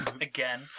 Again